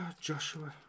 Joshua